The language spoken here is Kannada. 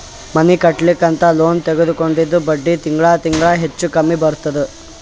ಮನಿ ಕಟ್ಲಕ್ ಅಂತ್ ಲೋನ್ ತಗೊಂಡಿದ್ದ ಬಡ್ಡಿ ತಿಂಗಳಾ ತಿಂಗಳಾ ಹೆಚ್ಚು ಕಮ್ಮಿ ಬರ್ತುದ್